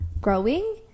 growing